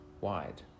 wide